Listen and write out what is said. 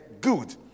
good